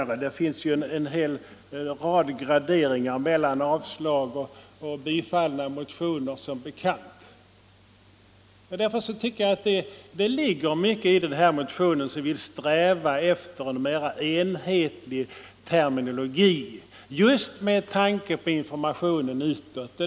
Det finns som bekant en hel rad graderingar mellan förslag om avslag på och förslag om bifall till motioner. Mot denna bakgrund tycker jag att det ligger mycket i den här motionen, som vill sträva efter en mera enhetlig terminologi inte minst med tanke på informationen utåt.